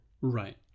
Right